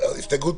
ההסתייגות